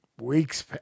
weeks